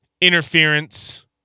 interference